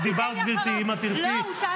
אז תיתן לי אחריו.